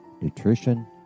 nutrition